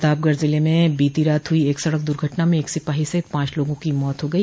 प्रतापगढ़ जिले में बीती रात हुई सड़क दुर्घटना में एक सिपाही सहित पांच लोगों की मौत हो गई